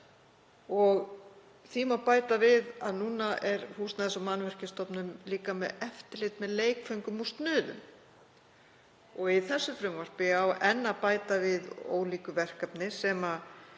og því má bæta við að núna er Húsnæðis- og mannvirkjastofnun líka með eftirlit með leikföngum og snuðum. Í þessu frumvarpi á enn að bæta við ólíku verkefni sem er